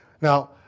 Now